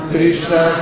Krishna